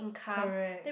correct